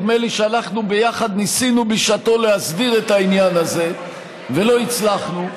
נדמה לי שאנחנו ביחד ניסינו בשעתו להסדיר את העניין הזה ולא הצלחנו.